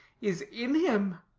is in him